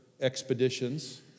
expeditions